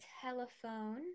telephone